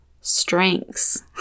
Strengths